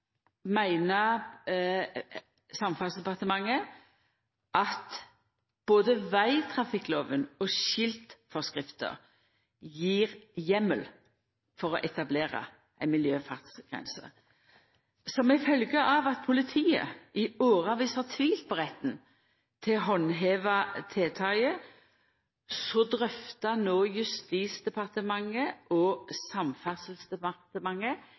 at både vegtrafikklova og skiltforskrifter gjev heimel for å etablera ei miljøfartsgrense. Som ei følgje av at politiet i årevis har tvilt på retten til å handheva tiltaket, drøftar no Justisdepartement og Samferdselsdepartementet